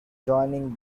joining